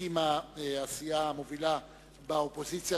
והסכימה הסיעה המובילה באופוזיציה,